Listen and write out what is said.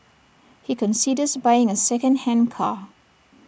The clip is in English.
he considers buying A secondhand car